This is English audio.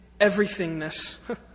everythingness